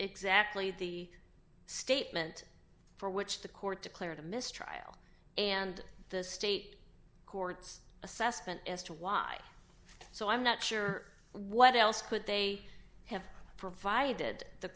exactly the statement for which the court declared a mistrial and the state courts assessment as to why so i'm not sure what else could they have provided the